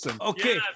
Okay